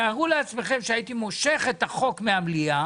תתארו לכם שהייתי מושך את החוק מהמליאה